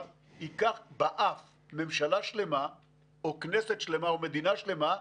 ייקח באף ממשלה שלמה או כנסת שלמה או מדינה שלמה -- נכון.